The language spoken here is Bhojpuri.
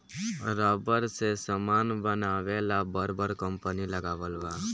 रबर से समान बनावे ला बर बर कंपनी लगावल बा